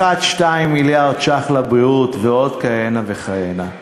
1.2 מיליארד ש"ח לבריאות ועוד כהנה וכהנה.